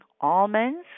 almonds